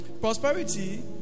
prosperity